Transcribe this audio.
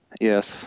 Yes